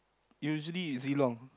usually is Zilong